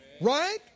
Right